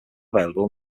available